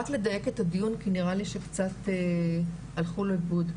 רק לדייק את הדיון, כי נראה לי שקצת הלכו לאיבוד.